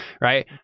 right